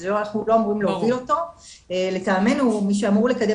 אנחנו לא אמורים להוביל אותו לטעמינו מי שאמור לקדם